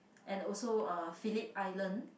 and also uh Philip island